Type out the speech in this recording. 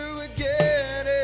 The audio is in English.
again